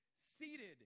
seated